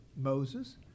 Moses